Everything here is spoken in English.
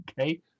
Okay